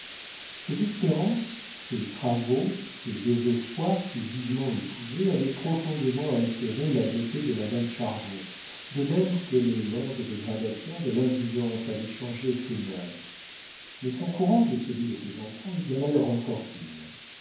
ces espérances ces travaux ces désespoirs si vivement épousés avaient profondément altéré la beauté de madame chardon de même que les lentes dégradations de l'indigence avaient changé ses mœurs mais son courage et celui de ses enfants égala leur infortune